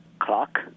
clock